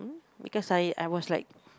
because I I was like